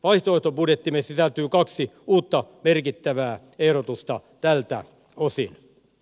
vaihtoehtobudjettiimme sisältyy kaksi uutta merkittävää ehdotusta tältä osin